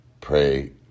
pray